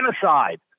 genocide